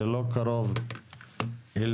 זה לא קרוב אליהם.